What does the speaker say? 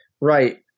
Right